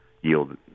yield